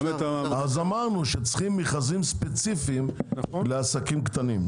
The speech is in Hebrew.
אמרנו שצריכים מכרזים ספציפיים לעסקים קטנים.